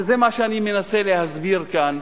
וזה מה שאני מנסה להסביר כאן,